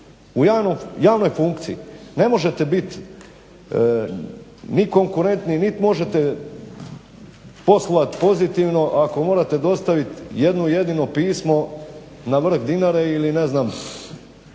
u javnoj funkciji. Ne možete biti ni konkurentni niti možete poslovat pozitivno ako morate dostavit jedno jedino pismo na vrh Dinare ili u